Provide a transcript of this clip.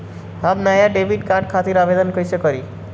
हम नया debit card खातिर आवेदन कईसे करी?